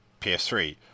PS3